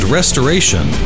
restoration